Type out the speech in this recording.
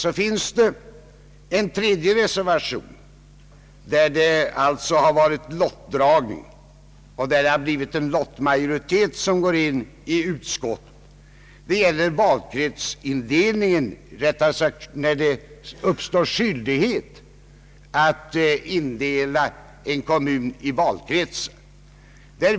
Det föreligger också en tredje reservation som avser en punkt där en lottmajoritet står bakom utskottets förslag. Det gäller frågan om när det uppstår skyldighet att indela en kommun i valkretsar.